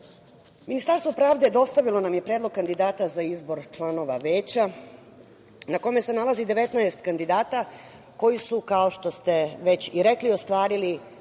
porodice. Ministarstvo pravde dostavilo nam je predlog kandidata za izbor članova Veća na kome se nalazi 19 kandidata koji su, kao što ste već i rekli, ostvarili